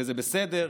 וזה בסדר,